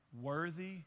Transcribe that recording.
worthy